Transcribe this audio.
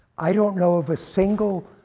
i don't know of a single